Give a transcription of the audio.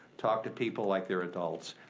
talk to people like they're adults.